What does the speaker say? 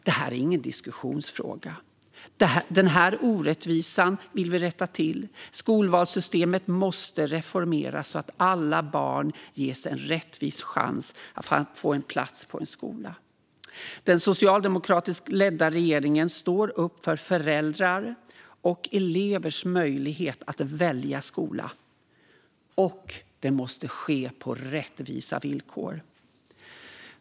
Detta är ingen diskussionsfråga. Denna orättvisa vill vi rätta till. Skolvalssystemet måste reformeras så att alla barn ges en rättvis chans att få en plats på en skola. Den socialdemokratiskt ledda regeringen står upp för föräldrars och elevers möjligheter att välja skola, och det måste ske på rättvisa villkor.